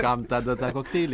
kam tada tą kokteilį